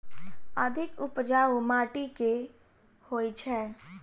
अधिक उपजाउ माटि केँ होइ छै?